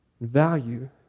value